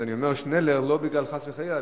אז אני אומר "שנלר" לא בגלל חס וחלילה,